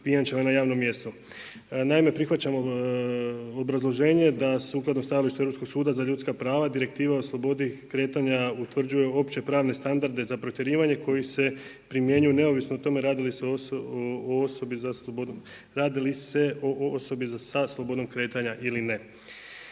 pijančevanja na javnom mjestu. Naime prihvaćeno je obrazloženje da sukladno stajalištu Europskog suda za ljudska prava direktiva oslobodi kretanja, utvrđuju opće pravne standarde za protjerivanje koji se primjenjuju neovisno o tome radi li se o osobi sa slobodom kretanja ili ne.